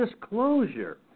disclosure